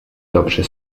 dobrze